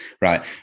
Right